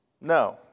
No